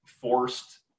forced